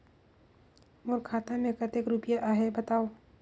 मोर खाता मे कतेक रुपिया आहे बताव?